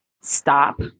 Stop